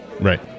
right